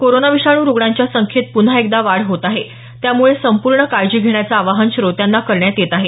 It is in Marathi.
कोरोना विषाणू रुग्णांच्या संख्येत पुन्हा एकदा वाढ होत आहे त्यामुळे संपूरण काळजी घेण्याचं आवाहन श्रोत्यांना करण्यात येत आहे